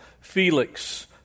Felix